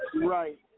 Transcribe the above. Right